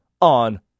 on